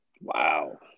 Wow